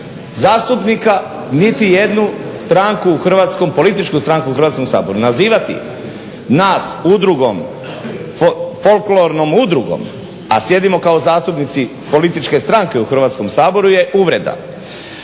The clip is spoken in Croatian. zastupnika, niti jednu političku stranku u Hrvatskom saboru. nazivati nas udrugom folklornom udrugom, a sjedimo kao zastupnici političke stranke u Hrvatskom saboru je uvreda.